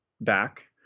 back